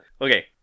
okay